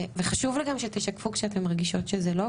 וחשוב לי גם שתשקפו כשאתן מרגישות שזה לא,